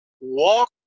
walk